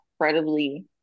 incredibly